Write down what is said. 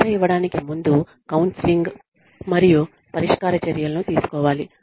శిక్ష ఇవ్వడానికి ముందు కౌన్సెలింగ్ మరియు పరిష్కార చర్యలను తీసుకోవాలి